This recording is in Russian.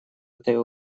этой